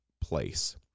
place